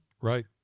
Right